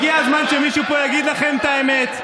הגיע הזמן שמישהו פה יגיד לכם את האמת.